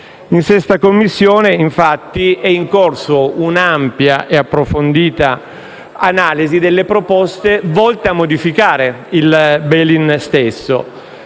la 6a Commissione, infatti, è in corso un'ampia ed approfondita analisi delle proposte volte a modificare il *bail in* stesso